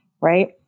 right